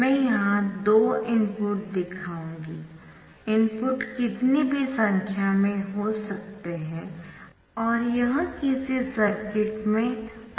मैं यहां दो इनपुट दिखाऊंगी इनपुट कितनी भी संख्या में हो सकते है और यह किसी सर्किट में अंतर्निहित है